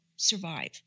survive